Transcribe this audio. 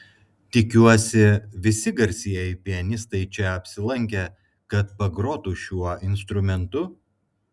tikiuosi visi garsieji pianistai čia apsilankė kad pagrotų šiuo instrumentu